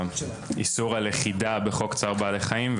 האיסור על לכידה בחוק צער בעלי חיים,